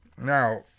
Now